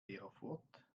erfurt